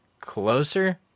closer